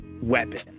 weapon